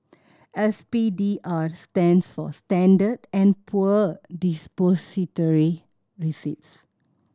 S P D R stands for Standard and Poor Depository Receipts